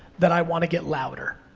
then i wanna get louder.